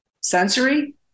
Sensory